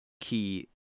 key